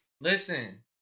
Listen